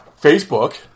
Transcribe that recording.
Facebook